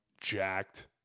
jacked